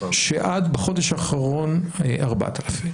בחודש האחרון 4,000,